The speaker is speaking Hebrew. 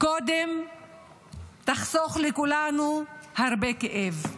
קודם תחסוך לכולנו הרבה כאב.